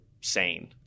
sane